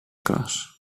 klas